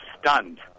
stunned